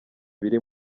biri